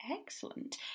Excellent